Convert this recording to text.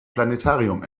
planetarium